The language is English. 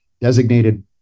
designated